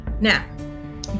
Now